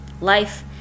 life